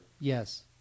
Yes